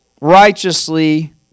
righteously